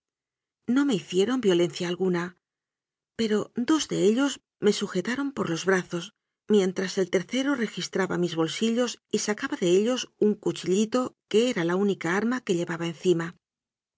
no me hicieron violencia alguna pero dos de ellos me sujetaron por los brazos mientras el tercero registraba mis bolsillos y sacaba de ellos un cuchillito que era la única arma que llevaba encima